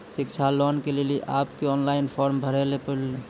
शिक्षा लोन के लिए आप के ऑनलाइन फॉर्म भरी ले?